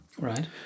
right